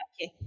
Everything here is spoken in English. Okay